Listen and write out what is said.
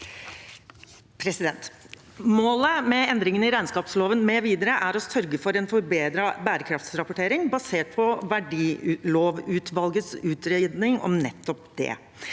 Målet med endringene i regnskapsloven mv. er å sørge for en forbedret bærekraftsrapportering basert på verdilovutvalgets utredning om nettopp det.